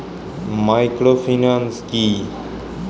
Microfinance কি?